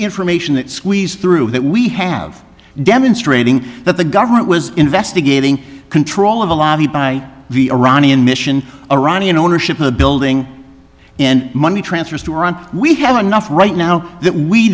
information that squeeze through that we have demonstrating that the government was investigating control of a lobby by the iranian mission iranian ownership of the building and money transfers to iran we have enough right now that we